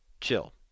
chill